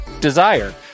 Desire